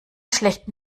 schlechten